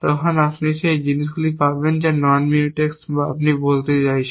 তখনও আপনি সেই জিনিসগুলি পাবেন যা নন মিউটেক্স বা আপনি বলতে চাচ্ছেন